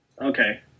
Okay